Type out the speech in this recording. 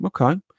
Okay